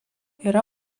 yra